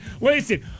Listen